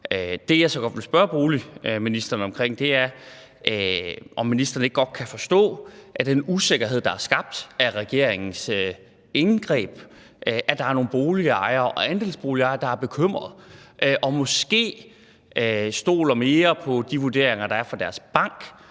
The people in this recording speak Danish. Det, jeg så godt vil spørge boligministeren om, er, om han ikke godt kan forstå den usikkerhed, der er skabt af regeringens indgreb, altså at der er nogle boligejere og andelsboligejere, der er bekymrede og måske stoler mere på de vurderinger, der er fra deres bank,